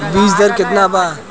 बीज दर केतना वा?